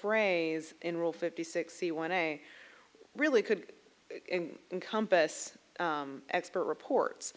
phrase in rule fifty sixty one i really could encompass expert reports